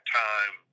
time